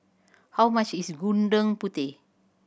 how much is Gudeg Putih